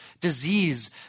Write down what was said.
disease